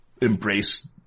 embrace